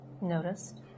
noticed